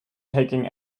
taking